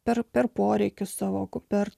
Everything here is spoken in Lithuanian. per per poreikius savo kaip per